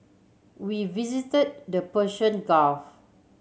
we visited the Persian Gulf